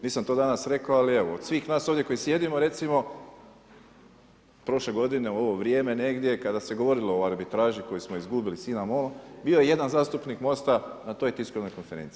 Nisam to danas rekao, ali evo od svih nas ovdje koji sjedimo recimo prošle godine u ovo vrijeme negdje kada se govorilo o arbitraži koju smo izgubili sa INA MOL-om bio je jedan zastupnik Mosta na toj tiskovnoj konferenciji.